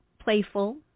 playful